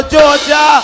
Georgia